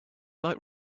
might